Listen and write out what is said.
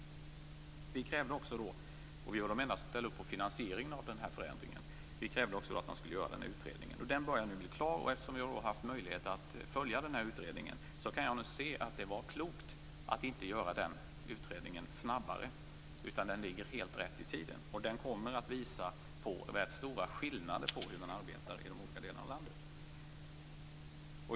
Vi var de enda som ställde upp på finansieringen av denna förändring. Vi krävde också att man skulle göra den utredning som nu börjar bli klar. Eftersom vi har haft möjlighet att följa den utredningen kan jag se att det var klokt att inte göra den snabbare. Den ligger helt rätt i tiden. Den kommer att visa på rätt stora skillnader i fråga om hur man arbetar i olika delar av landet.